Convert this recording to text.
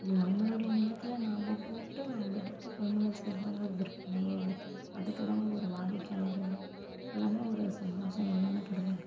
நம்மளுடைய நிலத்தில் நாம போட்டு நாம எடுத்துக் கொள்முதல் செய்யறதுதாங்க விற்பனையவே அதுக்குதாங்க ஒரு வாடிக்கையாளர் எல்லாமே ஒரு சந்தோஷம் எல்லாமேபடுவாங்க